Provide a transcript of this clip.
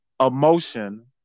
emotion